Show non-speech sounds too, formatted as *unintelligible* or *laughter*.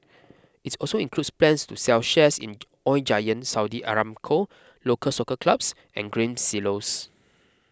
its also includes plans to sell shares in *unintelligible* Oil Giant Saudi Aramco Local Soccer Clubs and Grain Silos